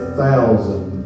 thousand